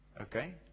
Okay